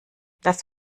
das